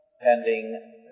pending